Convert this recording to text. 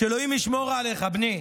שאלוהים ישמור עליך, בני.